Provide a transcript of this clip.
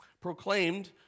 Proclaimed